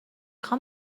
خوام